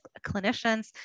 clinicians